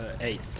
eight